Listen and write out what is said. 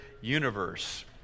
universe